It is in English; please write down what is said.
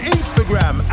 Instagram